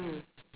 mm